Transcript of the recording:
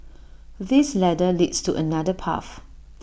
this ladder leads to another path